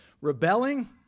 rebelling